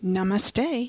Namaste